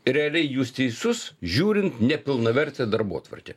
realiai jūs teisus žiūrint nepilnavertę darbotvarkę